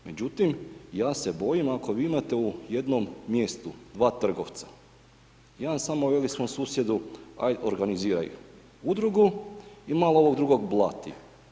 Međutim, ja se bojim, ako vi imate u jednom mjestu dva trgovca, jedan samo veli svom susjedu, aj organiziraj Udrugu i malo ovog drugog blati.